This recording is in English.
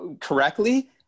correctly